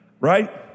Right